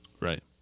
Right